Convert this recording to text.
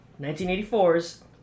1984's